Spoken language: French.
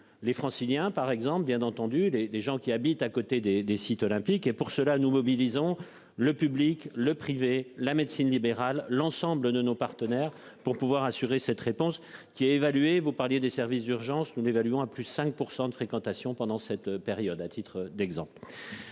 les Franciliens par exemple bien entendu des des gens qui habitent à côté des des sites olympiques et pour cela nous mobilisons le public le privé la médecine libérale l'ensemble de nos partenaires pour pouvoir assurer cette réponse qui a évalué, vous parliez des services d'urgence nous évaluant à plus 5% de fréquentation pendant cette période. À titre d'exemple.